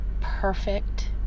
perfect